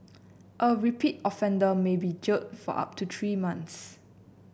a repeat offender may be jailed for up to three months